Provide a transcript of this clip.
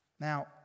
Now